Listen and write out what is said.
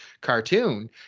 cartoon